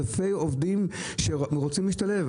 אלפי עובדים שרוצים להשתלב,